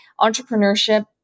entrepreneurship